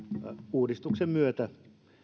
uudistuksen myötä